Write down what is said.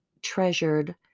treasured